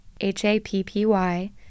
H-A-P-P-Y